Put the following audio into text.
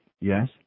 Yes